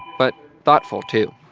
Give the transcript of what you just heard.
but thoughtful, too.